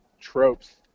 tropes